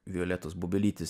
violetos bubelytės